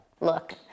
Look